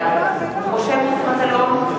בעד משה מטלון,